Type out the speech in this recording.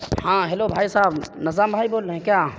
ہاں ہیلو بھائی صاحب نظام بھائی بول رہے ہیں کیا